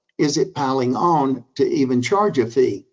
is it piling on to even charge a fee?